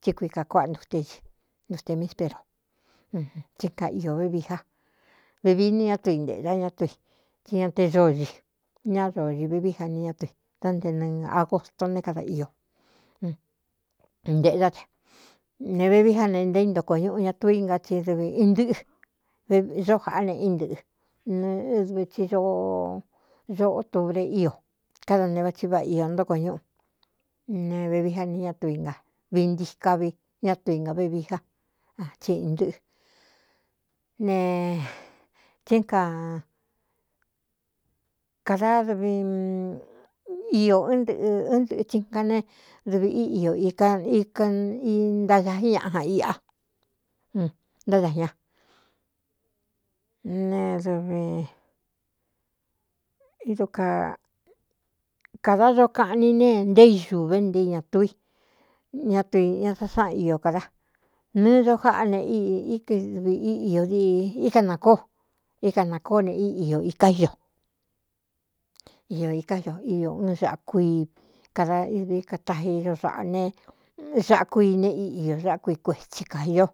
Tsí kuika kuáꞌa ntute i ntute misperu tsí ka iō vevií a vivi ni ñá tu i ntēꞌe da ñá tu i tsí ña te zoo ñi ñá do di vevií a ni ñátui dá nte nɨɨ̄ āgosto né kada iō ntēꞌdá de ne vevií á ne nté í ntoko ñuꞌu ña tuu nga tsi dɨvī ɨn ntɨꞌɨ vzo jaꞌá ne í ntɨꞌɨ nɨɨdv tsi doo zoꞌo ture ío káda ne vatsi váꞌa iō ntóko ñúꞌu ne vevi á ni ña tu i nga vii ntii kavi ñá tu i ngā vevií á tsi n ntɨꞌɨ ne tsí ka kādadvi iō ɨɨn nɨꞌɨ ɨɨn ntɨꞌɨ tsi nga ne dɨvi í i ō ika ika intadají ñaꞌa jan iꞌa ntáda ña ne dv idu ka kāda do kaꞌn ni ne nté isūve ntei ñatuu i ñatui ña da sáꞌan iō ka da nɨɨ dojáꞌá ne kdɨvī ō d íka nākóó íka nākóo ne iká íño iō iká io íō ɨn xaꞌ kui kada dií kataxi o saꞌa ne xáꞌ kuine í iō záꞌ kui kuetsi kāi ño